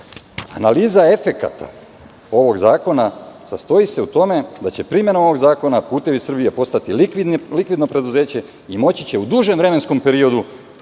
efekata ovog zakona sastoji se u tome, da će primena ovog zakona a "Putevi Srbije" postati likvidno preduzeće i moći će u dužem vremenskom periodu